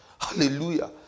hallelujah